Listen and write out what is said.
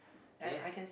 yes